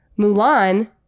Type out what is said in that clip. Mulan